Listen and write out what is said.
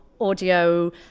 audio